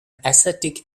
ascetic